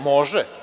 Može.